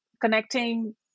connecting